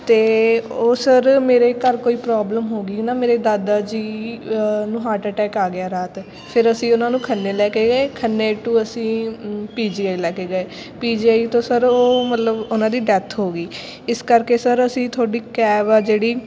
ਅਤੇ ਉਹ ਸਰ ਮੇਰੇ ਘਰ ਕੋਈ ਪ੍ਰੋਬਲਮ ਹੋ ਗਈ ਨਾ ਮੇਰੇ ਦਾਦਾ ਜੀ ਨੂੰ ਹਾਰਟ ਅਟੈਕ ਆ ਗਿਆ ਰਾਤ ਫਿਰ ਅਸੀਂ ਉਹਨਾਂ ਨੂੰ ਖੰਨੇ ਲੈ ਕੇ ਗਏ ਖੰਨੇ ਟੂ ਅਸੀਂ ਪੀ ਜੀ ਆਈ ਲੈ ਕੇ ਗਏ ਪੀ ਜੀ ਆਈ ਤੋਂ ਸਰ ਉਹ ਮਤਲਬ ਉਹਨਾਂ ਦੀ ਡੈਥ ਹੋ ਗਈ ਇਸ ਕਰਕੇ ਸਰ ਅਸੀਂ ਤੁਹਾਡੀ ਕੈਬ ਆ ਜਿਹੜੀ